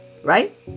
right